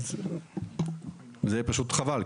פשוט חבל.